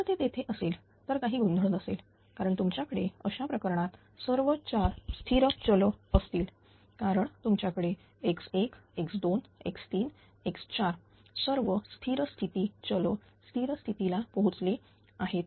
जर ते तेथे असेल तर काही गोंधळ नसेल कारण तुमच्याकडे अशा प्रकरणात सर्व 4 स्थिर चल असतील कारण तुमच्याकडेX1X2X3X4 सर्व 4 स्थिरस्थिती ला पोहोचले आहेत